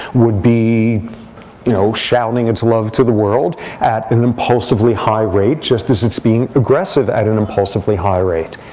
would be you know shouting its love to the world at an impusively high rate, just as it's being aggressive at an impulsively high rate.